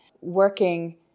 working